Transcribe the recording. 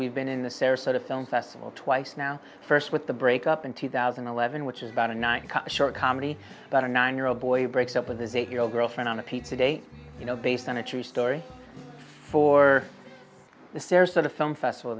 we've been in the sarasota film festival twice now first with the break up in two thousand and eleven which is about a nine short comedy about a nine year old boy who breaks up with his eight year old girlfriend on a piece today you know based on a true story for the sarasota film festival